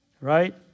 right